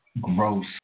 gross